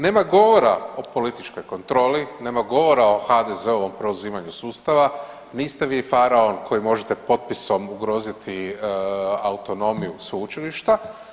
Nema govora o političkoj kontroli, nema govora o HDZ-ovom preuzimanju sustava, niste vi faraon koji može potpisom ugroziti autonomiju sveučilišta.